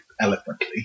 eloquently